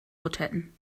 motetten